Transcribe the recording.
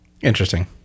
Interesting